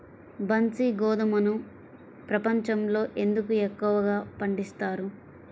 బన్సీ గోధుమను ప్రపంచంలో ఎందుకు ఎక్కువగా పండిస్తారు?